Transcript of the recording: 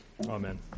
Amen